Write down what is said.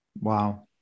Wow